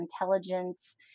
intelligence